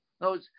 No